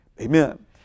Amen